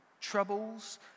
troubles